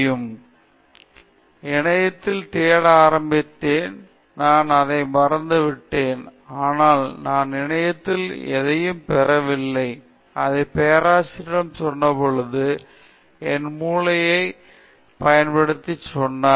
எனவே நான் பேராசிரியருடன் கலந்துரையாட வந்தபோது இணையத்தில் தேட ஆரம்பித்தேன் நான் அதை மறந்துவிட்டேன் ஆனால் நான் இணையத்தில் எதையும் பெறவில்லை அதை பேராசிரியரிடம் சொன்ன பொழுது என் மூளையை பயன்படுத்த சொன்னார்